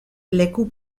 leku